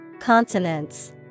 Consonants